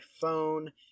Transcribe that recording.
phone